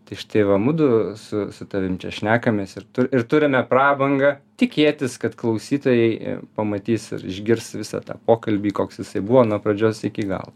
tai štai va mudu su su tavim šnekamės ir ir turime prabangą tikėtis kad klausytojai pamatys ir išgirs visą tą pokalbį koks jisai buvo nuo pradžios iki galo